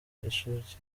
inshoreke